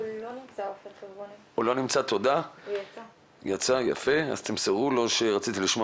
אם אנחנו עוסקים במעבדה, ודיברת על הנגשה